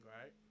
right